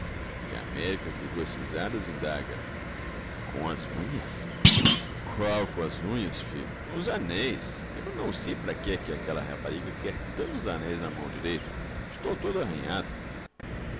e américo entre duas risadas indaga com as unhas qual com as unhas filho com os anéis eu não sei para que é que aquela rapariga quer tantos anéis na mão direita estou todo arranhado